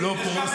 לא פה.